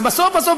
אז בסוף בסוף,